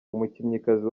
umukinnyikazi